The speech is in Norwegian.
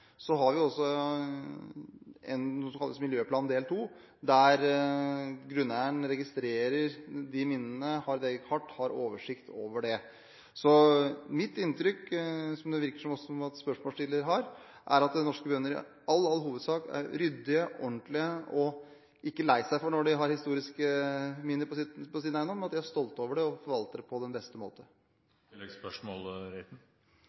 Så har vi noe som heter Miljøplan trinn 2, der grunneieren registrerer minnene, har et eget kart og har oversikt over det. Mitt inntrykk, som det også virker som spørsmålsstiller har, er at norske bønder i all, all hovedsak er ryddige, ordentlige og ikke lei seg for å ha historiske minner på sin eiendom, men at de er stolte over det og forvalter det på den beste